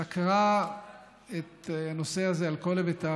סקרה את הנושא הזה על כל היבטיו.